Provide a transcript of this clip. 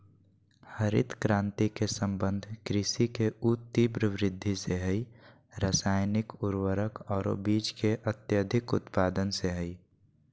हरित क्रांति के संबंध कृषि के ऊ तिब्र वृद्धि से हई रासायनिक उर्वरक आरो बीज के अत्यधिक उत्पादन से हई